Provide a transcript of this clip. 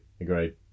Agreed